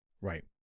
Right